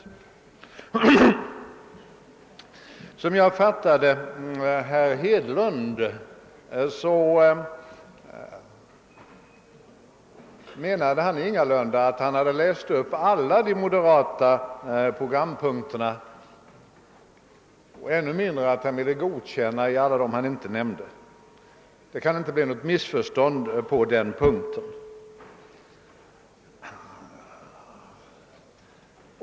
Såsom jag uppfattade herr Hedlund avsåg han ingalunda att läsa upp alla de moderatas programpunkter och ännu mindre att han ville godkänna dem som han inte nämnde. På den punkten kan det inte bli något missförstånd.